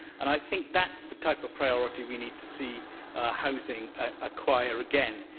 and i think that's the type of priority we need to see housing acquire again,